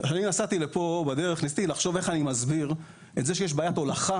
נסעתי לכאן חשבתי איך אני מסביר את זה שיש בעיית הולכה